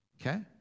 Okay